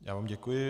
Já vám děkuji.